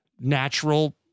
natural